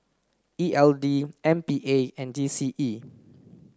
E L D M P A and G C E